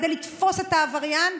כדי לתפוס את העבריין,